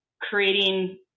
creating